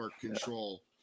control